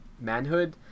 manhood